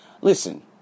Listen